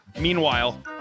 Meanwhile